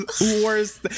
worst